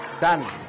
done